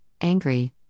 angry